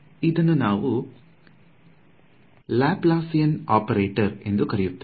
ಇದನ್ನು ನಾವು Laplacian operator ಎಂದು ಕರೆಯುತ್ತಾರೆ